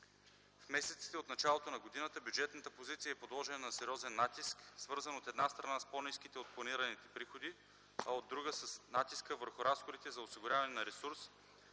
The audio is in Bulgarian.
В месеците от началото на годината бюджетната позиция е подложена на сериозен натиск, свързан, от една страна, с по-ниските от планираните приходи, а от друга – с натиска върху разходите за осигуряване на ресурс